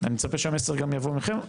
גם מצפה שהמסר יבוא מכם.